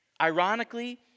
Ironically